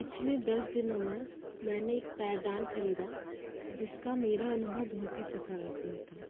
पिछले दस दिनों में मैंने एक पैरदान खरीदा जिस का मेरा अनुभव बहुत ही सकारात्मक था